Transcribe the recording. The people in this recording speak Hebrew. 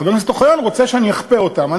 חבר הכנסת אוחיון רוצה שאני אכפה אותם.